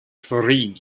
forigi